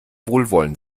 wohlwollen